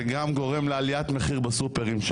זה גם גורם לעליית מחיר בסופרים,